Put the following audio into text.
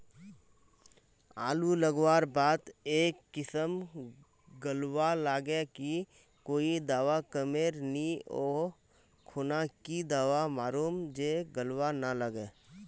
आलू लगवार बात ए किसम गलवा लागे की कोई दावा कमेर नि ओ खुना की दावा मारूम जे गलवा ना लागे?